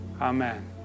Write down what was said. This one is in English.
Amen